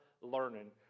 learning